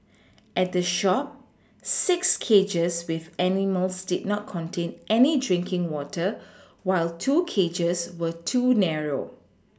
at the shop six cages with animals did not contain any drinking water while two cages were too narrow